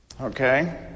okay